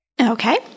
Okay